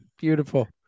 beautiful